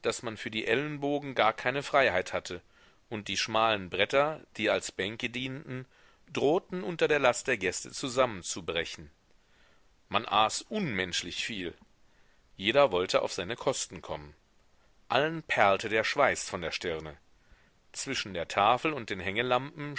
daß man für die ellenbogen gar keine freiheit hatte und die schmalen bretter die als bänke dienten drohten unter der last der gäste zusammenzubrechen man aß unmenschlich viel jeder wollte auf seine kosten kommen allen perlte der schweiß von der stirne zwischen der tafel und den hängelampen